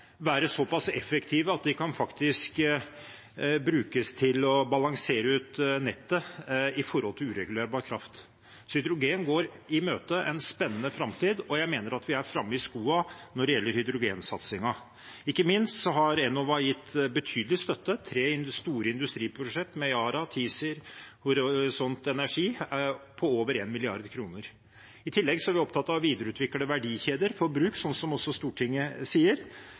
være såpass effektive at de faktisk kan brukes til å balansere ut nettet for uregulerbar kraft. Hydrogen går en spennende framtid i møte, og jeg mener at vi er framme i skoen når det gjelder hydrogensatsingen. Ikke minst har Enova gitt betydelig støtte til tre store industriprosjekt med Yara, Tizir og Horisont Energi på over 1 mrd. kr. I tillegg er vi opptatt av å videreutvikle verdikjeder for bruk, som også Stortinget sier,